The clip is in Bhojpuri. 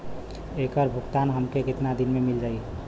ऐकर भुगतान हमके कितना दिन में मील जाई?